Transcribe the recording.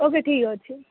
ଓ କେ ଠିକ ଅଛି